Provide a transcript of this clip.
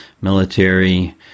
military